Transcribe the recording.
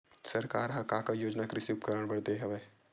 सरकार ह का का योजना कृषि उपकरण बर दे हवय?